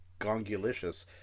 gongulicious